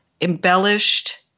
embellished